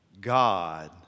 God